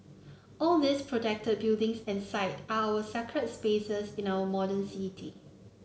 all these protected buildings and site are our sacred spaces in our modern city